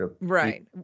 Right